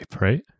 right